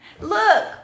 Look